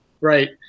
right